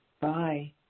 Bye